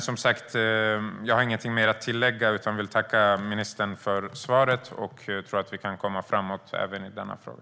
Jag har ingenting mer att tillägga utan vill tacka ministern för svaret. Jag tror att vi kan komma framåt även i denna fråga.